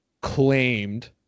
claimed